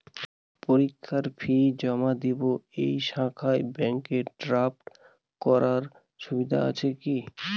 পরীক্ষার ফি জমা দিব এই শাখায় ব্যাংক ড্রাফট করার সুবিধা আছে কি?